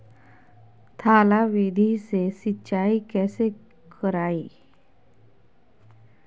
थाला विधि से सिंचाई कैसे करीये?